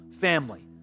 family